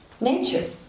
nature